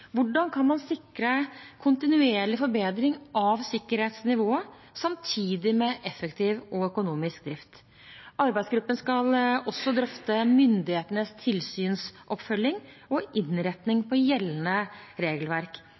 Hvordan kan man sikre kontinuerlig forbedring av sikkerhetsnivået samtidig med effektiv og økonomisk drift? Arbeidsgruppen skal også drøfte myndighetenes tilsynsoppfølging og innretning på gjeldende regelverk.